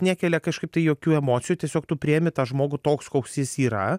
nekelia kažkaip tai jokių emocijų tiesiog tu priėmi tą žmogų toks koks jis yra